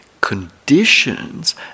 conditions